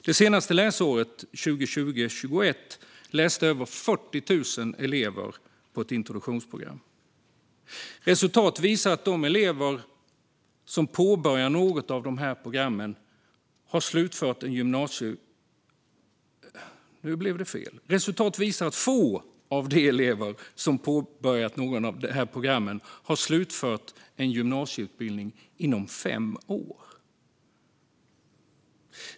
Det senaste läsåret, 2020/21, läste över 40 000 elever på ett introduktionsprogram. Resultat visar att få av de elever som har påbörjat något av programmen har slutfört en gymnasieutbildning inom fem år.